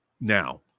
Now